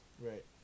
Right